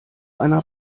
einer